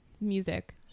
music